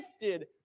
gifted